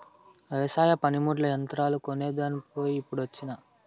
వెవసాయ పనిముట్లు, యంత్రాలు కొనేదాన్ పోయి ఇప్పుడొచ్చినా